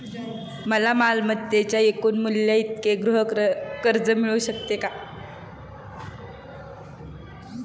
मला मालमत्तेच्या एकूण मूल्याइतके गृहकर्ज मिळू शकेल का?